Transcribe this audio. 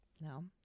No